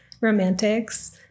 romantics